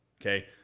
Okay